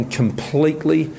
completely